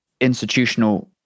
institutional